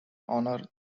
honor